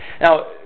Now